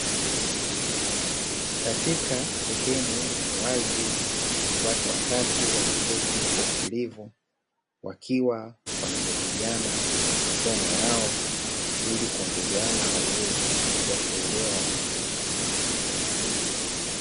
Katika sehemu ya wazi watu watatu wameketi kwa utulivu, wakiwa wanajadiliana masomo yao ili kuongezeana uwezo wa kuelewa vitu hivyo.